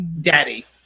Daddy